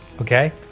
Okay